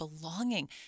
belonging